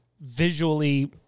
visually